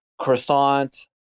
croissant